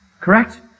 Correct